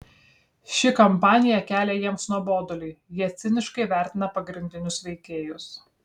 ši kampanija kelia jiems nuobodulį jie ciniškai vertina pagrindinius veikėjus